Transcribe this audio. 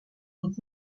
und